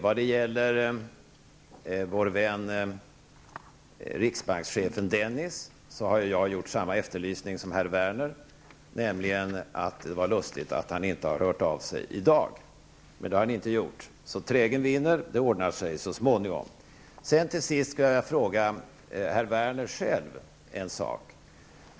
Vad gäller vår vän riksbankschefen Dennis har ju jag gjort samma efterlysning som herr Werner, nämligen att det var lustigt att han inte har hört av sig i dag. Men det har han alltså inte gjort. Trägen vinner -- det ordnar sig så småningom. Till sist skulle jag vilja fråga herr Werner själv en sak.